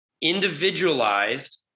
Individualized